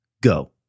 go